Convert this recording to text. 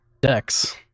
decks